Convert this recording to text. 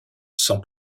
sans